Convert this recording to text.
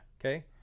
okay